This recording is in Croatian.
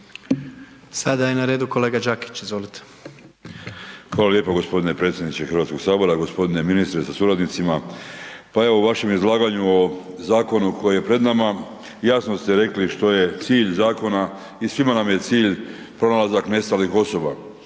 Sada je na redu kolega Đakić, izvolite. **Đakić, Josip (HDZ)** Hvala lijepo g. predsjedniče Hrvatskog sabora, g. ministre sa suradnicima. Pa evo u vašem izlaganju o zakonu koji je pred nama, jasno ste rekli što je cilj zakona i svima nam je cilj pronalazak nestalih osoba.